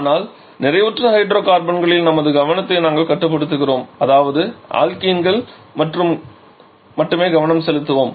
ஆனால் நிறைவுற்ற ஹைட்ரோகார்பனில் நமது கவனத்தை நாங்கள் கட்டுப்படுத்துகிறோம் அதாவது ஆல்கீன்களில் மட்டுமே கவனம் செலுத்துவோம்